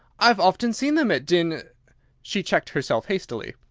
i've often seen them at dinn she checked herself hastily.